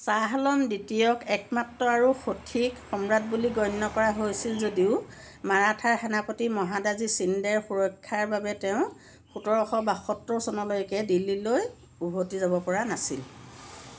শ্বাহ আলম দ্বিতীয়ক একমাত্ৰ আৰু সঠিক সম্ৰাট বুলি গণ্য কৰা হৈছিল যদিও মাৰাঠাৰ সেনাপতি মহাদাজী শ্বিণ্ডেৰ সুৰক্ষাৰ বাবে তেওঁ সোতৰশ বাসত্তৰ চনলৈকে দিল্লীলৈ উভতি যাব পৰা নাছিল